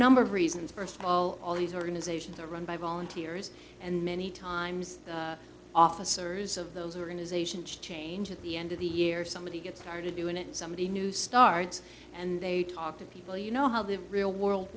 number of reasons first of all all these organizations are run by volunteers and many times officers of those organizations change at the end of the year somebody gets started doing it somebody new starts and they talk to people you know how the real world